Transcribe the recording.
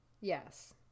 Yes